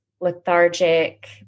lethargic